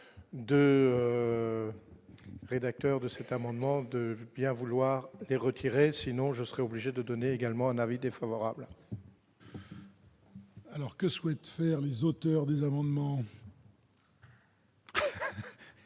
de rédacteur de cet amendement, de bien vouloir et retirer, sinon je serais obligé de donner également un avis défavorable. Alors que souhaite faire les auteurs des amendements.